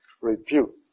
repute